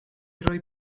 roi